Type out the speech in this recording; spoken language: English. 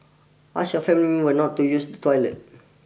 ask your family member not to use the toilet